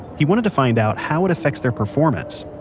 he wanted to find out how it affects their performance,